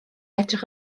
edrych